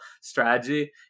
strategy